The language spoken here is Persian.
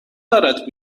دارد